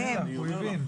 הוא הבין והוא עונה לך.